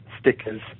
stickers